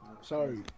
Sorry